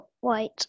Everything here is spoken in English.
white